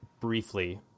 briefly